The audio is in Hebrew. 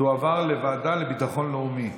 תועבר לוועדה לביטחון לאומי.